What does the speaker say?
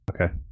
Okay